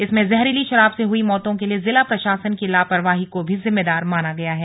इसमें जहरीली शराब से हुई मौतों के लिए जिला प्रशासन की लापरवाही को भी जिम्मेदार माना गया है